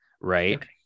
right